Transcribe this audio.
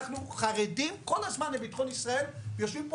אנחנו חרדים כל הזמן לביטחון ישראל ויושבים פה